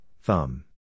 thumb